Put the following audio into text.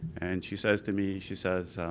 and she says to me, she says,